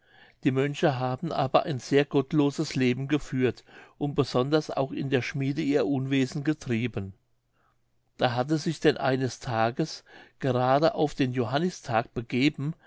die mönche haben aber ein sehr gottloses leben geführt und besonders auch in der schmiede ihr unwesen getrieben da hat es sich denn eines tages gerade auf den johannistag begeben